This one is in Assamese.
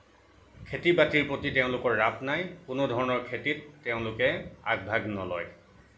খেতি বাতিৰ প্ৰতি তেওঁলোকৰ ৰাপ নাই কোনো ধৰণৰ খেতিত তেওঁলোকে আগভাগ নলয়